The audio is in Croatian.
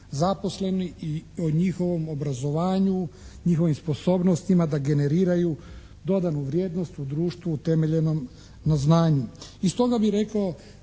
zaposleni i o njihovom obrazovanju, njihovim sposobnostima da generiraju dodanu vrijednost u društvu utemeljenom na znanju.